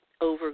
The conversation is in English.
over